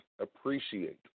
appreciate